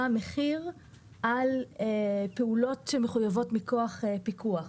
מחיר על פעולות שמחויבות מכוח פיקוח.